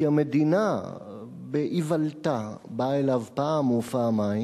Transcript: כי המדינה באיוולתה באה אליו פעם ופעמיים